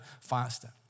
faster